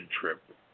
trip